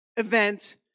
event